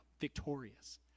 Victorious